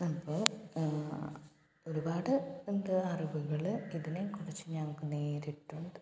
അപ്പോൾ ഒരുപാട് എന്ത് അറിവുകള് ഇതിനെക്കുറിച്ച് ഞങ്ങൾക്ക് നേടിയിട്ടുണ്ട്